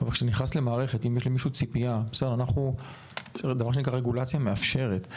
אבל כשאתה נכנס למערכת, אנחנו רגולציה מאפשרת.